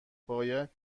باید